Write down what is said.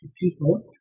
people